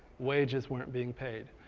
wages weren't being paid.